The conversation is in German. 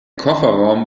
kofferraum